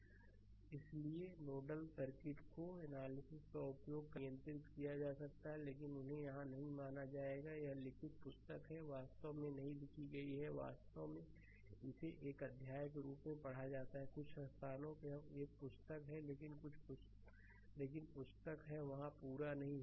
slide समय देखें 3238 इसलिए नोडल सर्किट को नोडल एनालिसिस का उपयोग करके नियंत्रित किया जा सकता है लेकिन उन्हें यहां नहीं माना जाएगा यह लिखित पुस्तक है पुस्तक वास्तव में नहीं लिखी गई है यह वास्तव में इसे एक अध्याय के रूप में पढ़ा जाता है कुछ स्थानों पर यह एक पुस्तक है लेकिन पुस्तक है वहाँ पूरा नहीं हुआ